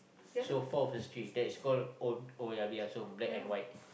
so four versus three that is call oh-oh-yeah-peh-yah-som black and white